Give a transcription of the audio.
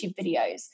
videos